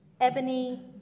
ebony